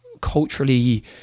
culturally